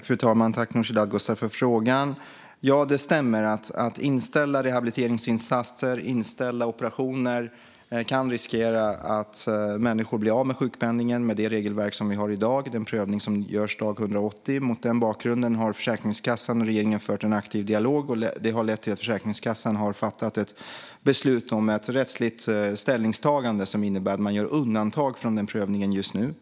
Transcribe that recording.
Fru talman! Tack, Nooshi Dadgostar, för frågan! Det stämmer att inställda rehabiliteringsinsatser och inställda operationer kan riskera att människor blir av sjukpenningen med det regelverk vi har i dag med den prövning som görs dag 180. Mot den bakgrunden har Försäkringskassan och regeringen fört en aktiv dialog. Det har lett till att Försäkringskassan har fattat ett beslut om ett rättsligt ställningstagande som innebär att man gör undantag från den prövningen just nu.